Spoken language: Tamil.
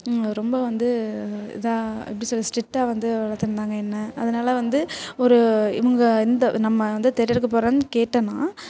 ரொம்ப வந்து இதாக எப்படி சொல்கிறது ஸ்ட்ரிக்ட்டா வந்து வளத்திருந்தாங்க என்ன அதனால் வந்து ஒரு இவங்க இந்த நம்ம வந்து தேட்டருக்கு போகிறேன்னு கேட்டேன்னா